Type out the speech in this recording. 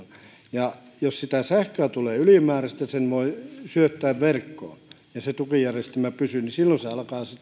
ja jos sähköä tulee ylimääräistä sen voi syöttää verkkoon ja se tukijärjestelmä pysyy silloin alkaa toimia se